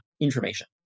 information